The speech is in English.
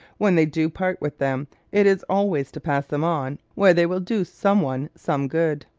when they do part with them it is always to pass them on where they will do some one some good.